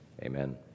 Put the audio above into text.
Amen